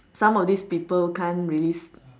some of these people can't release